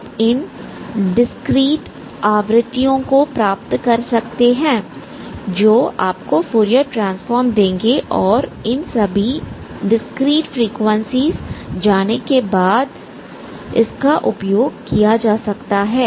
आप इन डिस्क्रीट आवृत्तियों को प्राप्त कर सकते हैं जो आपको फूरियर ट्रांसफॉर्म देंगे और इन सभी डिस्क्रीट फ्रीक्वेंसी जाने के बाद इसका उपयोग किया जा सकता है